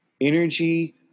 energy